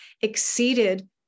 exceeded